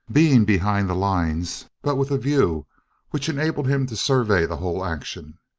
being behind the lines but with a view which enabled him to survey the whole action.